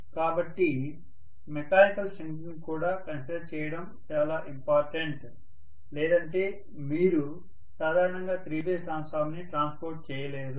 కాబట్టి mechanical strength ని కూడా కన్సిడర్ చేయడం చాలా ఇంపార్టెంట్ లేదంటే మీరు సాధారణంగా త్రీ ఫేజ్ ట్రాన్స్ఫార్మర్స్ ని ట్రాన్స్పోర్ట్ చేయలేరు